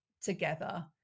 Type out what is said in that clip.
together